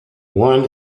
one